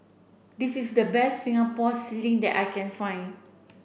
this is the best Singapore sling that I can find